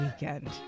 weekend